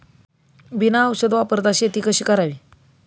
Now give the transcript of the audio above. बिना औषध वापरता शेती कशी करावी?